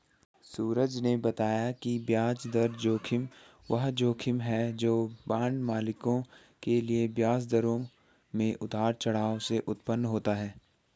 सूरज ने बताया कि ब्याज दर जोखिम वह जोखिम है जो बांड मालिकों के लिए ब्याज दरों में उतार चढ़ाव से उत्पन्न होता है